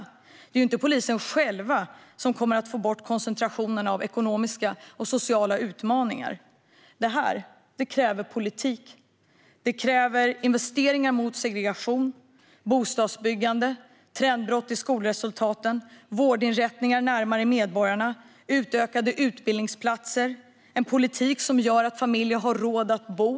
Det är inte polisen själv som kommer att få bort koncentrationen av ekonomiska och sociala utmaningar. Det här kräver politik. Det kräver investeringar mot segregation. Det kräver bostadsbyggande, trendbrott i skolresultaten, vårdinrättningar närmare medborgarna och utökade utbildningsplatser. Det kräver en politik som gör att familjer har råd att bo.